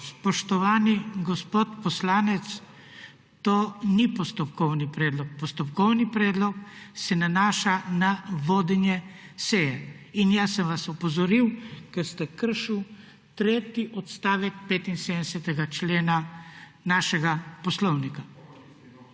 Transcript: Spoštovani gospod poslanec, to ni postopkovni predlog. Postopkovni predlog se nanaša na vodenje seje in jaz sem vas opozoril, ker ste kršili tretji odstavek 75. člena Poslovnika.